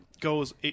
goes